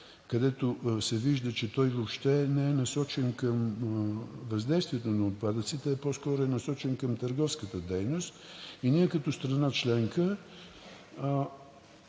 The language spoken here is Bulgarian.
където се вижда, че той въобще не е насочен към въздействието на отпадъците, а по-скоро е насочен към търговската дейност и ние като страна членка